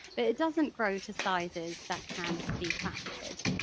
but it doesn't grow to sizes that can be faceted,